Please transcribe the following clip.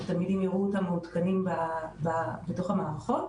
התלמידים יראו אותם מעודכנים בתוך המערכות.